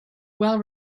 well